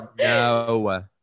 No